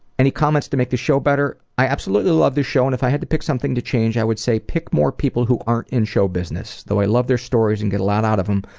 any comments to make the show better? i abssolutely love the show and if i had to pick something to change i would say pick more people who aren't in show business. though i like their stories and get a lot out of them,